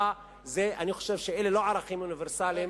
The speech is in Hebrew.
אני חושב שאלה לא ערכים אוניברסליים.